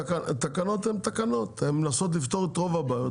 תקנות הן תקנות והן מנסות לפתור את רוב הבעיות,